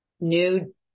new